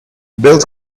build